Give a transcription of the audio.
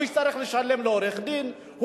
הוא יצטרך לשלם לעורך-דין,